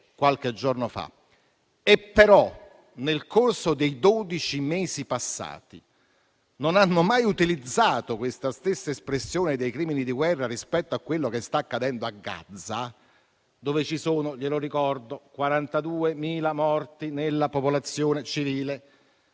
qualche giorno fa, e però nel corso dei dodici mesi passati non hanno mai utilizzato questa stessa espressione, crimini di guerra, rispetto a ciò che sta accadendo a Gaza - dove ci sono, glielo ricordo, 42.000 morti nella popolazione civile,